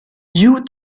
uwe